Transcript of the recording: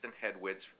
headwinds